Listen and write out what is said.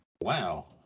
wow